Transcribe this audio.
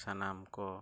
ᱥᱟᱱᱟᱢ ᱠᱚ